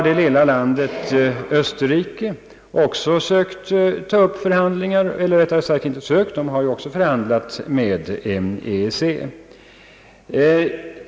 Det lilla landet Österrike har också tagit upp förhandlingar med EEC.